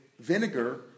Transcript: vinegar